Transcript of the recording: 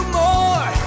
more